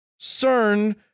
cern